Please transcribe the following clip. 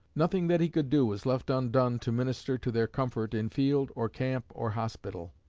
nothing that he could do was left undone to minister to their comfort in field or camp or hospital.